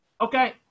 Okay